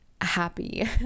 happy